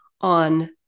on